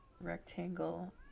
Rectangle